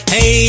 Hey